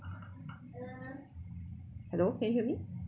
hello can you hear me